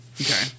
Okay